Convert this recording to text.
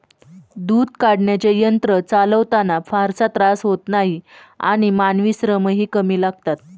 दूध काढण्याचे यंत्र चालवताना फारसा त्रास होत नाही आणि मानवी श्रमही कमी लागतात